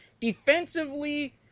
Defensively